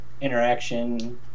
interaction